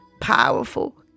powerful